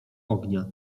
ognia